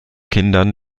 kindern